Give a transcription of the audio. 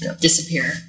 Disappear